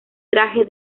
traje